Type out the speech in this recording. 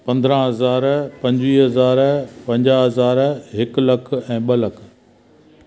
पंद्रहां हज़ार पंजवीह हज़ार पंजा्ह हज़ार हिकु लख ऐं ॿ लख